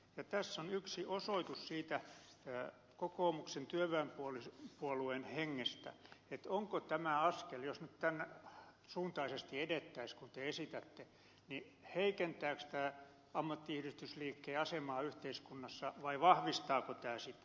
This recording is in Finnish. tässä on yksi osoitus siitä kokoomuksen työväenpuolueen hengestä että jos nyt edettäisiin tämän suuntaisesti kuin te esitätte niin heikentääkö tämä ammattiyhdistysliikkeen asemaa yhteiskunnassa vai vahvistaako tämä sitä